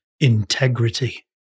integrity